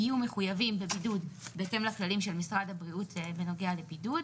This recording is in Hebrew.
יהיו מחויבים בבידוד בהתאם לכללים של משרד הבריאות בנוגע לבידוד.